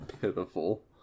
pitiful